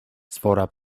sfora